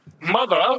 Mother